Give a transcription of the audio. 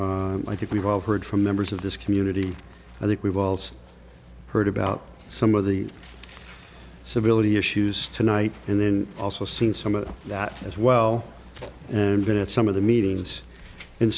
i think we've all heard from members of this community i think we've also heard about some of the civility issues tonight and then also seen some of that as well and then at some of the meetings and